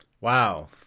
wow